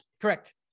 Correct